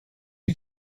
این